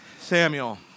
Samuel